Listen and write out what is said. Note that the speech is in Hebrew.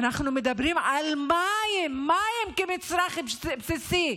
אנחנו מדברים על מים, מים כמצרך בסיסי.